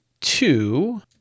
two